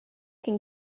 can